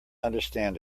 understand